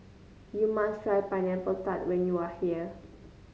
you must try Pineapple Tart when you are here